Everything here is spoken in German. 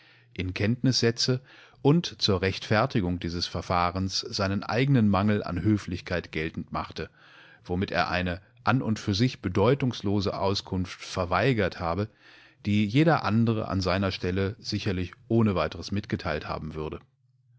aberuntereinerbedingung diesebedingungbestanddarin daßmandenplan sobaldmanihnzurategezogen anmr trevertonzurücksende denselbenvonderartundweise aufwelchemandazu gelangtwar inkenntnissetzeundzurrechtfertigungdiesesverfahrensseineneigenen mangel an höflichkeit geltend machte womit er eine an und für sich bedeutungslose auskunft verweigert habe die jeder andere an seiner stelle sicherlich ohne weiteres mitgeteilthabenwürde